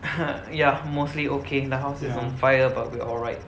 ya mostly okay my house is on fire but we're alright